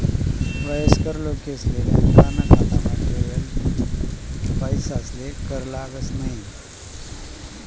वयस्कर लोकेसले बॅकाना खातामा ठेयेल पैसासले कर लागस न्हयी